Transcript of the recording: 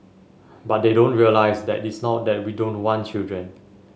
but they don't realise that it's not that we don't want children